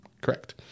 Correct